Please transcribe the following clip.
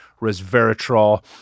resveratrol